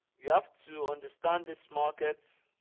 you have to understand this market